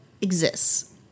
exists